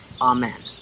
Amen